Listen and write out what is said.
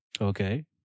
okay